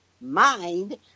mind